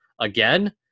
again